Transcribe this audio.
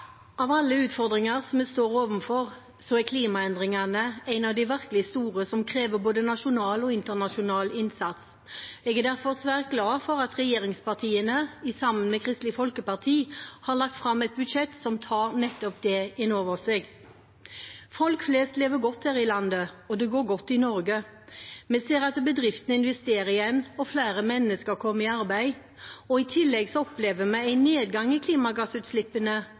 Av alle utfordringer vi står overfor, er klimaendringene en av de virkelig store, som krever både nasjonal og internasjonal innsats. Jeg er derfor svært glad for at regjeringspartiene, sammen med Kristelig Folkeparti, har lagt fram et budsjett som tar nettopp det innover seg. Folk flest lever godt her i landet, og det går godt i Norge. Vi ser at bedriftene investerer igjen, og flere mennesker kommer i arbeid. I tillegg opplever vi en nedgang i klimagassutslippene,